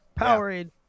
Powerade